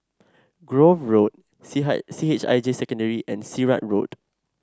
Grove Road C high C H I J Secondary and Sirat Road